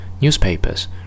Newspapers